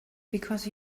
because